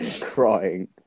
crying